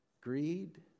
greed